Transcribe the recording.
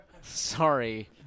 sorry